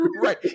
Right